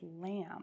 lamb